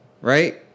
right